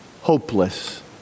hopeless